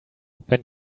wenn